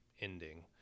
ending